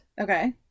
Okay